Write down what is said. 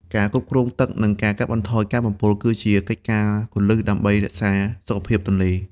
ការគ្រប់គ្រងទឹក និងការកាត់បន្ថយការបំពុលគឺជាកិច្ចការគន្លឹះដើម្បីរក្សាសុខភាពទន្លេ។